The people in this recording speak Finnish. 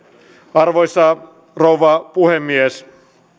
arvoisa rouva puhemies tämä on